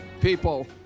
people